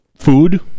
food